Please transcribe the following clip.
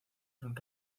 son